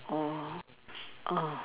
oh oh